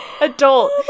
adult